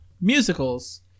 musicals